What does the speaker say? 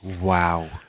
Wow